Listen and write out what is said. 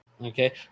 okay